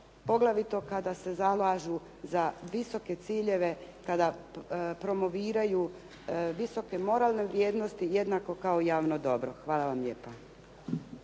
poglavito kada s zalažu za visoke ciljeve, kada promoviraju visoke moralne vrijednosti, jednako kao i javno dobro. Hvala vam lijepa.